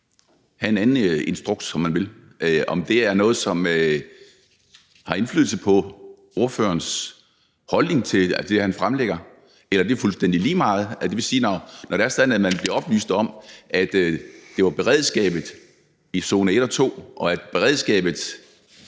havde en anden instruks, om man vil, er noget, som har indflydelse på ordførerens holdning til det, han fremlægger, eller om det er fuldstændig lige meget. Det vil sige, at når det er sådan, at man bliver oplyst om, at det var beredskabet i zone 1 og 2, og at beredskabet